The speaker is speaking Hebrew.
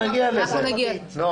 נגיע לזה, נעה.